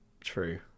true